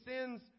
sins